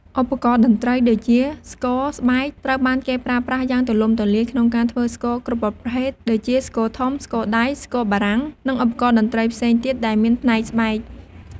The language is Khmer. ឧបករណ៍តន្រ្តី ដូចជា ស្គរ ស្បែកត្រូវបានគេប្រើប្រាស់យ៉ាងទូលំទូលាយក្នុងការធ្វើស្គរគ្រប់ប្រភេទ ដូចជា ស្គរធំ ស្គរដៃ ស្គរបារាំង និងឧបករណ៍តន្ត្រីផ្សេងទៀតដែលមានផ្នែកស្បែក។